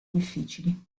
difficili